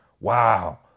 Wow